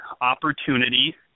opportunity –